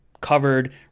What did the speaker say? covered